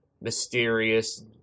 mysterious